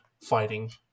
fighting